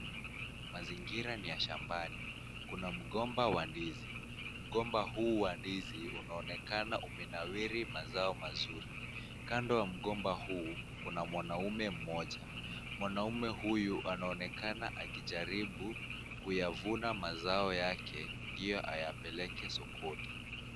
Mazingira ni shambani, kuna mgomba wa ndizi, mgomba huu wa ndizi unaonekana umenawiri mazao mazuri. Kando ya mgomba huu, kuna mwanaume mmoja. Mwanaume huyu anaonekana akijaribu kuyavuna mazao yake ndio ayapeleke sokoni.